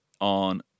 on